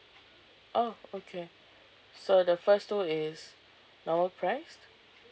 oh okay so the first two is normal priced